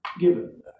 Given